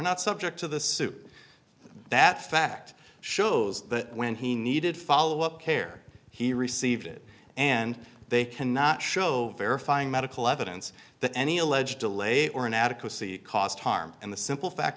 not subject to the suit that fact shows that when he needed follow up care he received it and they cannot show verifying medical evidence that any alleged delay or inadequacy costs harm and the simple fact